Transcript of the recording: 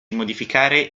modificare